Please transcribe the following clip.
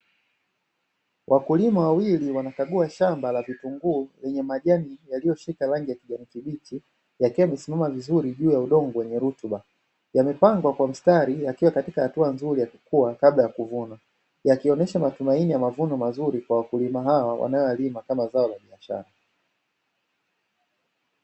Wakulima wawili wanakagua shamba la vitunguu lenye majani yaliyoshika rangi ya kijani kibichi, yakiwa yamesimama vizuri juu ya udongo wenye rutuba. Yamepangwa kwa mstari yakiwa katika hatua nzuri ya kukua, kabla ya kuvuna. Yakionesha matumaini ya mavuno mazuri kwa wakulima hawa wanayoyalima, kama zao la biashara.